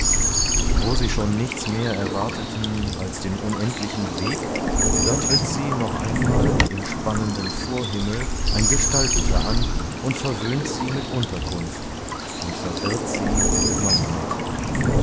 wo sie schon nichts mehr erwarteten als den unendlichen weg da tritt sie noch einmal im spannenden vorhimmel ein gestalteter an und verwöhnt sie mit unterkunft und verwirrt sie mit mannheit